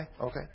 okay